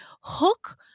hook